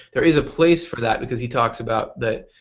there is a place for that because he talks about that